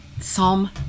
Psalm